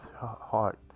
heart